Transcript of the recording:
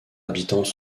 habitants